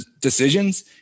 decisions